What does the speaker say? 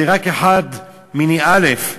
זה רק אחד מני אלף.